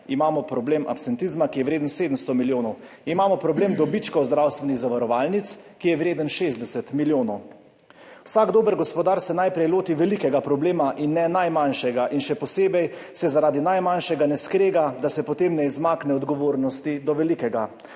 Imamo problem absentizma, ki je vreden 700 milijonov. Imamo problem dobičkov zdravstvenih zavarovalnic, ki je vreden 60 milijonov. Vsak dober gospodar se najprej loti velikega problema, in ne najmanjšega. In še posebej se zaradi najmanjšega ne skrega, da se potem ne izmakne odgovornosti do velikega.